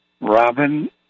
Robin